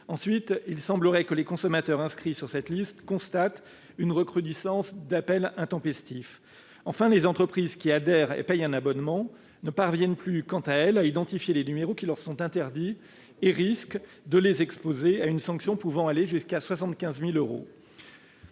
Ensuite, il semblerait que les consommateurs inscrits sur cette liste constatent une recrudescence d'appels intempestifs. Enfin, les entreprises qui adhèrent au dispositif et paient un abonnement ne parviennent plus, quant à elles, à identifier les numéros qui leur sont interdits et risquent, dès lors, de se voir infliger une sanction pouvant aller jusqu'à 75 000 euros